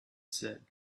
said